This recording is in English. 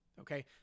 Okay